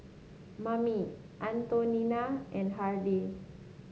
Mamie Antonina and Hardin